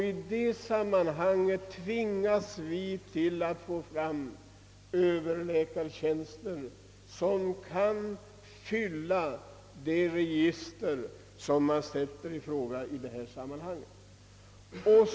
Vi tvingas att inrätta överläkartjänster som kan fylla det register som krävs i detta sammanhang.